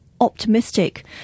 optimistic